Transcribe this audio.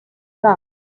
gum